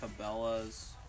Cabela's